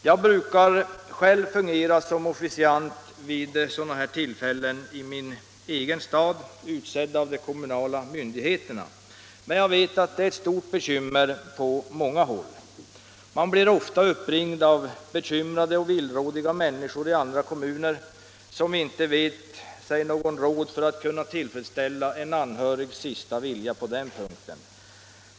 Jag brukar själv fungera som officiant vid sådana här tillfällen i min egen stad, utsedd av de kommunala myndigheterna, men jag vet att detta är ett stort bekymmer på många håll. Jag blir ofta uppringd av bekymrade och villrådiga människor i andra kommuner som inte vet sig någon råd för att tillfredsställa en anhörigs sista vilja på den punkten.